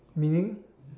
meaning